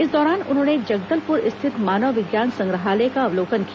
इस दौरान उन्होंने जगदलपुर स्थित मानव विज्ञान संग्रहालय का अवलोकन किया